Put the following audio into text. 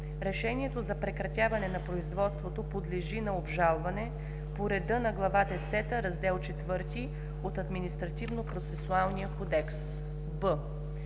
„Решението за прекратяване на производството подлежи на обжалване по реда на Глава десета, Раздел IV от Административнопроцесуалния кодекс.“;